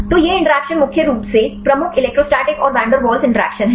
तो ये इंटरैक्शन मुख्य रूप से प्रमुख इलेक्ट्रोस्टैटिक और वैन डेर वाल्स इंटरैक्शन हैं